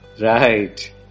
Right